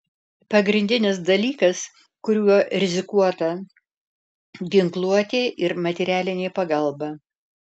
pagrindinis dalykas kuriuo rizikuota ginkluotė ir materialinė pagalba